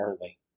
early